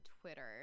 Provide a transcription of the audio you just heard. Twitter